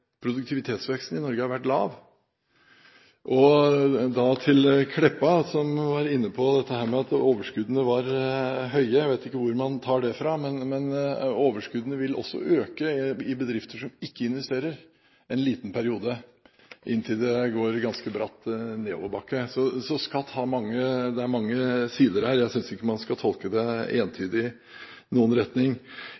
Produktivitetsveksten i Norge har vært lav. Så til Meltveit Kleppa som var inne på at overskuddene var høye. Jeg vet ikke hvor man tar det fra. Men overskuddene vil også øke i bedrifter som ikke investerer i en liten periode, inntil det går ganske bratt nedoverbakke. Så det er mange sider her. Jeg synes ikke man skal tolke det